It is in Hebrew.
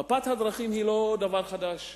מפת הדרכים היא לא דבר חדש.